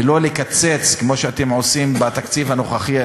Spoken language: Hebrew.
ולא לקצץ כמו שאתם עושים בתקציב הנוכחי,